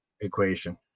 equation